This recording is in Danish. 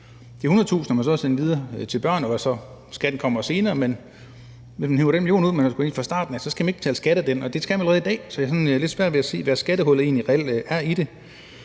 de 100.000 kr. videre til børnene og skatten så kommer senere, og hvis man hiver den million ud, man har skudt ind fra starten af, så skal man ikke betale skat af den, og det gælder allerede i dag. Så jeg har sådan lidt svært ved at se, hvad skattehullet egentlig reelt er i det.